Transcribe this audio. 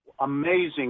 amazing